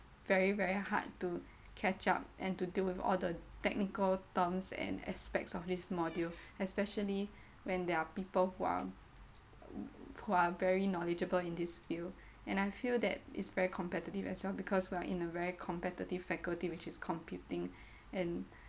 very very hard to catch up and to deal with all the technical terms and aspects of this module especially when there are people who are who are very knowledgeable in this field and I feel that it's very competitive as well because we are in a very competitive faculty which is computing and